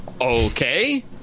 Okay